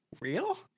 Real